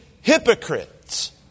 hypocrites